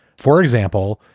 for example.